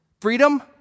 Freedom